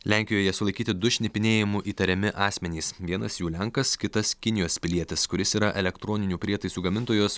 lenkijoje sulaikyti du šnipinėjimu įtariami asmenys vienas jų lenkas kitas kinijos pilietis kuris yra elektroninių prietaisų gamintojos